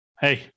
hey